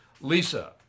Lisa